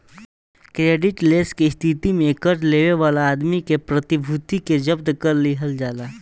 credit less के स्थिति में कर्जा लेवे वाला आदमी के प्रतिभूति के जब्त कर लिहल जाला